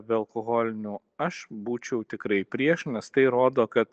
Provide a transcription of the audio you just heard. bealkoholinių aš būčiau tikrai prieš nes tai rodo kad